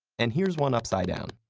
and here's one upside down.